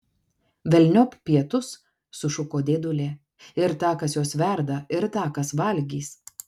velniop pietus sušuko dėdulė ir tą kas juos verda ir tą kas valgys